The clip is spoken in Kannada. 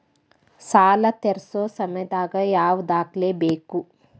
ಸಾಲಾ ತೇರ್ಸೋ ಸಮಯದಾಗ ಯಾವ ದಾಖಲೆ ತರ್ಬೇಕು?